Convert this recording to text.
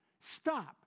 Stop